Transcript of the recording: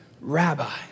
Rabbi